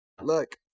look